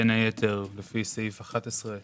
בין היתר, לפי סעיף 11,